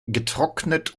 getrocknet